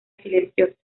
silenciosa